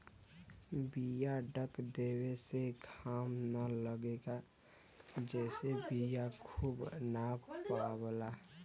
बीया ढक देवे से घाम न लगेला जेसे बीया सुख ना पावला